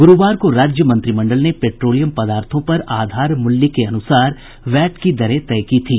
गुरूवार को राज्य मंत्रिमंडल ने पेट्रोलियम पदार्थों पर आधार मूल्य के अनुसार वैट की दरें तय की थी